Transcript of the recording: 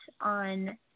on